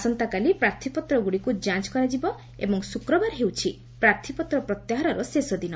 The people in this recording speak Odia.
ଆସନ୍ତାକାଲି ପ୍ରାର୍ଥୀପତ୍ରଗୁଡ଼ିକୁ ଯାଞ୍ଚ କରାଯିବ ଏବଂ ଶୁକ୍ରବାର ହେଉଛି ପ୍ରାର୍ଥୀପତ୍ର ପ୍ରତ୍ୟାହାରର ଶେଷ ଦିନ